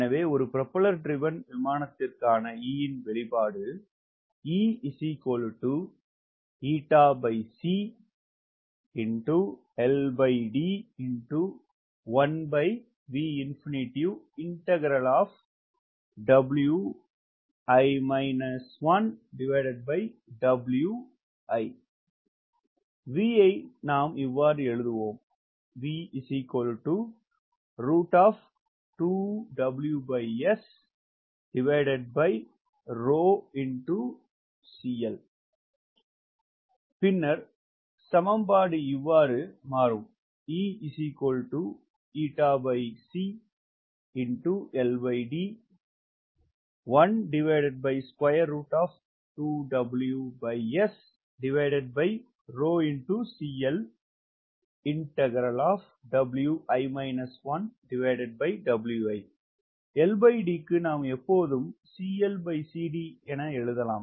எனவே ஒரு propeller driven விமானத்திற்கான E இன் வெளிப்பாடு V ஐ இவ்வாறு எழுதுவோம் பின்னர் சமன்பாடு இவ்வாறு மாறும் LD க்கு நாம் எப்போதும் CLCD என எழுதலாம்